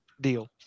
deal